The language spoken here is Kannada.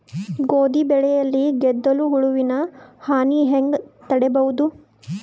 ಗೋಧಿ ಬೆಳೆಯಲ್ಲಿ ಗೆದ್ದಲು ಹುಳುವಿನ ಹಾನಿ ಹೆಂಗ ತಡೆಬಹುದು?